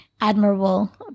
admirable